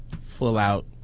full-out